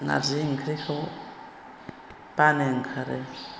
नारजि ओंख्रिखौ बानो ओंखारो